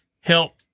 help